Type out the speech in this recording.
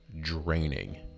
draining